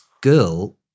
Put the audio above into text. girl